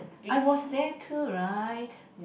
I was there too right